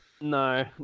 No